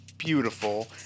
Beautiful